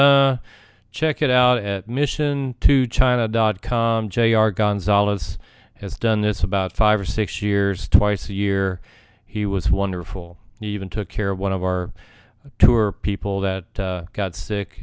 data check it out at mission to china dot com j r gonzalez has done this about five or six years twice a year he was wonderful and even took care of one of our tour people that got sick